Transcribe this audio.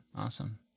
Awesome